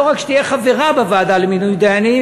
לא רק שתהיה חברה בוועדה למינוי דיינים,